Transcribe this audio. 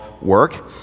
work